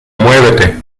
muévete